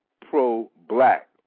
pro-black